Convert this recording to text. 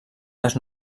les